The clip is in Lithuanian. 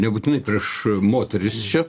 nebūtinai prieš moteris čia